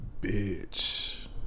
bitch